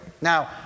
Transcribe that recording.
Now